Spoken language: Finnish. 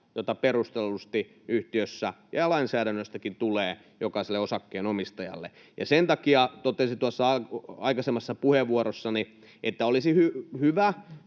joita perustellusti yhtiössä ja lainsäädännöstäkin tulee jokaiselle osakkeenomistajalle. Sen takia totesin tuossa aikaisemmassa puheenvuorossani, että olisi hyvä